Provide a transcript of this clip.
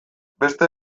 beste